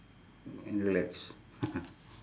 and relax